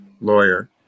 lawyer